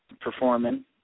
performing